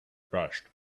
best